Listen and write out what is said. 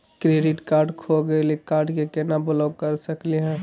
Credit card खो गैली, card क केना ब्लॉक कर सकली हे?